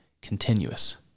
continuous